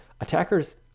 Attackers